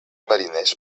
mariners